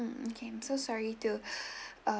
mm okay I'm so sorry to um